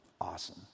Awesome